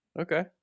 Okay